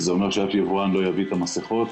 זה אומר שאף יבואן לא יביא את המסכות,